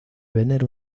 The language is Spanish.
venera